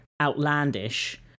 outlandish